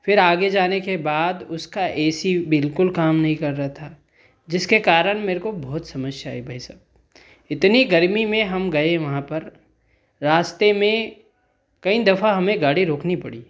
फ़िर आगे जाने के बाद उसका ए सी बिलकुल काम नहीं कर रहा था जिसके कारण मेरे को बहुत समस्याएँ भाई सा इतनी गर्मी में हम गए वहाँ पर रास्ते में कई दफा हमें गाड़ी रोकनी पड़ी